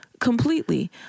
Completely